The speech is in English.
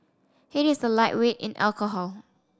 he is a lightweight in alcohol